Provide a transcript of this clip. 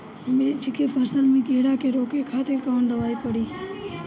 मिर्च के फसल में कीड़ा के रोके खातिर कौन दवाई पड़ी?